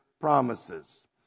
promises